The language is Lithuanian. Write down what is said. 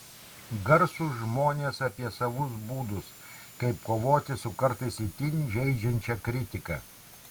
garsūs žmonės apie savus būdus kaip kovoti su kartais itin žeidžiančia kritika